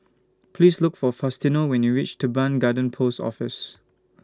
Please Look For Faustino when YOU REACH Teban Garden Post Office